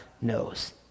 knows